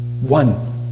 One